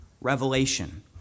revelation